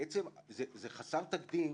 זה חסר תקדים